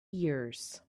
years